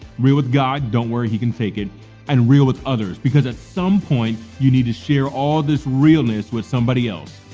real with god, don't worry he can take it and real with others because at some point you need to share all this realness with somebody else.